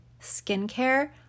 skincare